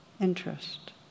interest